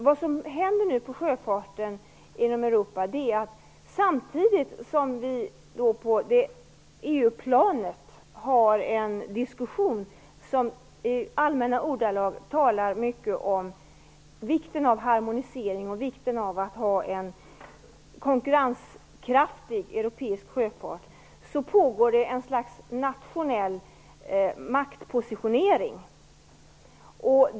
Vad som nu händer på sjöfartsområdet inom Europa är att samtidigt som vi på EU-planet har en diskussion som i allmänna ordalag handlar mycket om vikten av harmonisering och av att ha en konkurrenskraftig europeisk sjöfart pågår ett slags nationell maktpositionering.